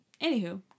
Anywho